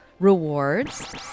rewards